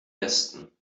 westen